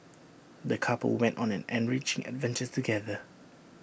the couple went on an enriching adventure together